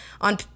on